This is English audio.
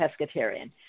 pescatarian